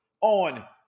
on